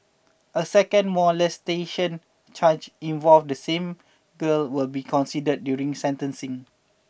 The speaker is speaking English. a second molestation charge involve the same girl will be considered during sentencing